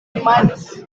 minus